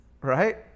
right